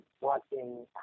watching